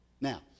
Now